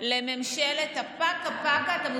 לממשלת הפקה-פקה, באיזה ערוץ ראית את זה?